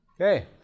Okay